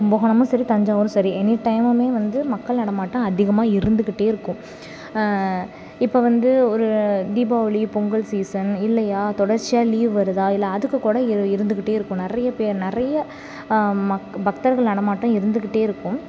கும்பகோணமும் சரி தஞ்சாவூரும் சரி எனி டைமும் வந்து மக்கள் நடமாட்டம் அதிகமாக இருந்துக்கிட்டே இருக்கும் இப்போ வந்து ஒரு தீபாவளி பொங்கல் சீசன் இல்லையா தொடர்ச்சியாக லீவ் வருதா இல்லை அதுக்கு கூட இரு இருந்துக்கிட்டே இருக்கும் நிறைய பேர் நிறைய மக் பக்தர்கள் நடமாட்டம் இருந்துக்கிட்டே இருக்கும்